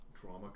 trauma